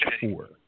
four